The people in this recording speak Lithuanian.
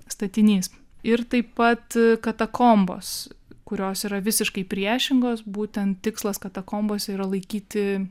statinys ir taip pat katakombos kurios yra visiškai priešingos būtent tikslas katakombose yra laikyti